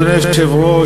אדוני היושב-ראש,